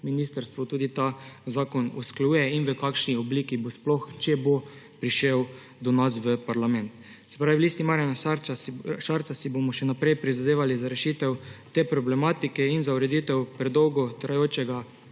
tudi ta zakon usklajuje in v kakšni obliki bo sploh, če bo, prišel do nas v parlament. V Listi Marjana Šarca si bomo še naprej prizadevali za rešitev te problematike in za ureditev predolgo trajajočega